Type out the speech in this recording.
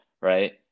right